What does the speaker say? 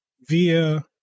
via